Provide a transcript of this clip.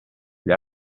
gli